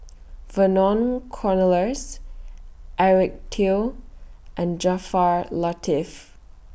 Vernon Cornelius Eric Teo and Jaafar Latiff